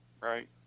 right